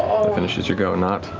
finishes your go, nott.